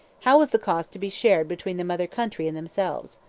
how was the cost to be shared between the mother country and themselves?